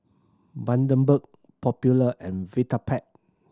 Bundaberg Popular and Vitapet